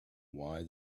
why